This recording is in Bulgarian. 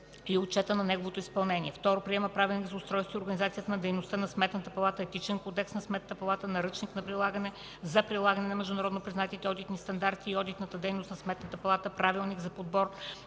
и отчета за неговото изпълнение; 2. приема Правилник за устройството и организацията на дейността на Сметната палата, Етичен кодекс на Сметната палата, Наръчник за прилагане на международно признатите одитни стандарти и одитната дейност на Сметната палата, Правилник за подбор,